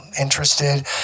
interested